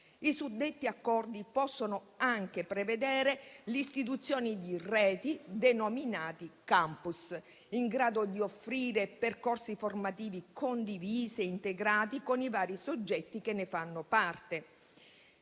I suddetti accordi possono anche prevedere le istituzioni di reti, denominate *campus*, in grado di offrire percorsi formativi condivisi e integrati con i vari soggetti che ne fanno parte.